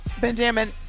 Benjamin